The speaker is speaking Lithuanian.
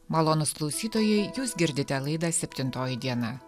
malonūs klausytojai jūs girdite laidą septintoji diena